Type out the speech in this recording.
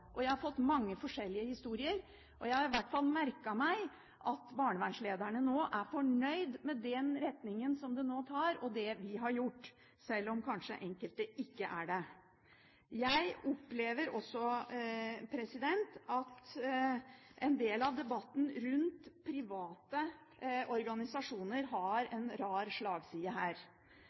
og jeg har fått mange forskjellige historier. Jeg har i hvert fall merket meg at barnevernslederne er fornøyd med den retningen det nå tar, og det vi har gjort – selv om kanskje enkelte ikke er det. Jeg opplever også at en del av debatten rundt private organisasjoner har en rar slagside her.